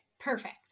perfect